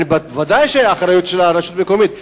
ודאי שהאחריות היא של הרשות המקומית.